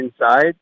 inside